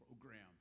program